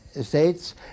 States